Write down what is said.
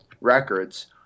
Records